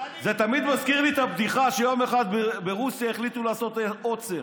זה תמיד מזכיר לי את הבדיחה שיום אחד ברוסיה החליטו לעשות עוצר.